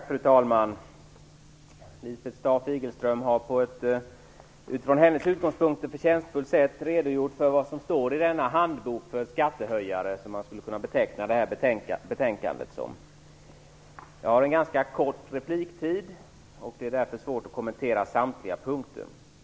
Fru talman! Lisbeth Staaf-Igelström har på ett utifrån hennes utgångspunkter förtjänstfullt sätt redogjort för vad som står i denna handbok för skattehöjare, vilket man skulle kunna beteckna det här betänkandet som. Jag har en ganska kort repliktid, och det är därför svårt att kommentera samtliga punkter.